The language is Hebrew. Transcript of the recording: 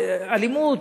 אלימות,